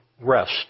rest